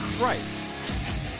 Christ